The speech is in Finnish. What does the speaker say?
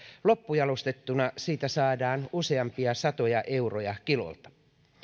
loppujalostettuna siitä saadaan useampia satoja euroja kilolta